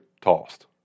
tossed